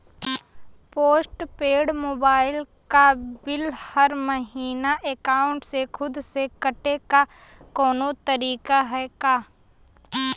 Post paid mobile क bill हर महिना एकाउंट से खुद से कटे क कौनो तरीका ह का?